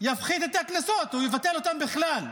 יפחית את הקנסות או יבטל אותם בכלל.